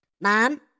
Mom